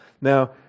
Now